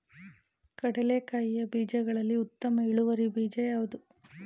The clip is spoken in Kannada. ಕಡ್ಲೆಕಾಯಿಯ ಬೀಜಗಳಲ್ಲಿ ಉತ್ತಮ ಇಳುವರಿ ಬೀಜ ಯಾವುದು?